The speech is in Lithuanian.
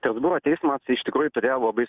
strasbūro teismas iš tikrųjų turėjo labai